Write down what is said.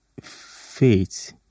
faith